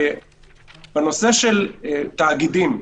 בנושא של תאגידים,